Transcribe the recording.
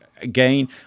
again